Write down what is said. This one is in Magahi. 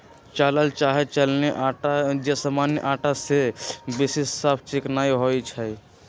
चालल चाहे चलानी अटा जे सामान्य अटा से बेशी साफ चिक्कन होइ छइ